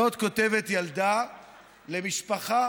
זאת כותבת ילדה למשפחה